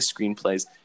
screenplays